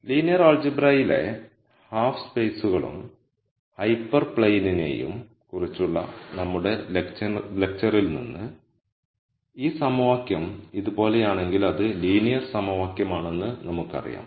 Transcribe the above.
linear അൾജിബ്രയിലെ half സ്പേസുകളെയും ഹൈപ്പർ പ്ലെയിനിനെയും കുറിച്ചുള്ള നമ്മളുടെ ലെക്ച്ചറിൽ നിന്ന് ഈ സമവാക്യം ഇതുപോലെയാണെങ്കിൽ അത് ലീനിയർ സമവാക്യമാണെന്ന് നമുക്ക് അറിയാം